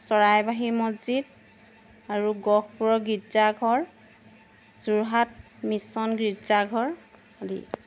চৰাইবাহী মছজিদ আৰু গহপুৰৰ গীৰ্জাঘৰ যোৰহাট মিচন গীৰ্জাঘৰ আদি